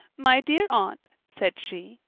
my dear aunt, said she,